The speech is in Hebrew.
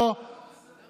לא היה שום קשר.